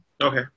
Okay